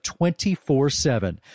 24-7